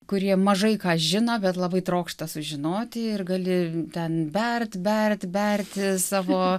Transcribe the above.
kurie mažai ką žino bet labai trokšta sužinoti ir gali ten bert bert berti savo